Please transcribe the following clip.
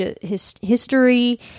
history